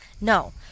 No